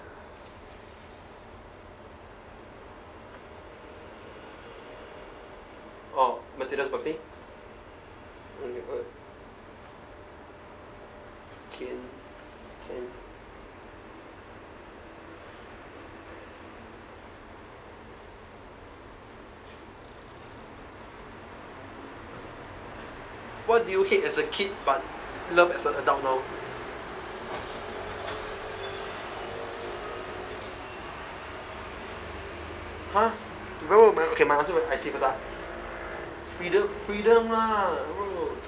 orh matilda's birthday okay what can can what do you hate as a kid but love as an adult now !huh! bro my okay my